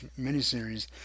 miniseries